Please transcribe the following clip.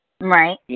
Right